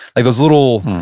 like those little,